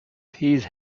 his